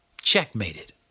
checkmated